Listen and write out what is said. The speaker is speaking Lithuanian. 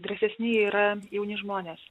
drąsesni yra jauni žmonės